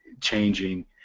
changing